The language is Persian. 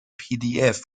pdf